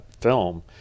film